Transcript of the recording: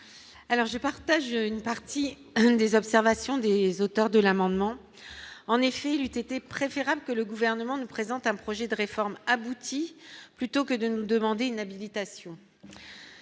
je partage une partie des observations des auteurs de l'amendement, en effet, il eut été préférable que le gouvernement ne présente un projet de réforme aboutit plutôt que de nous demander une habilitation.